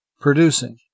producing